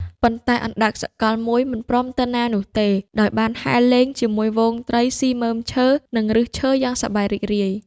ប៉ុន្តែអណ្ដើកសកលមួយមិនព្រមទៅណានោះទេ ដោយបានហែលលេងជាមួយហ្វូងត្រីស៊ីមើមឈើ និងឫសឈើយ៉ាងសប្បាយរីករាយ។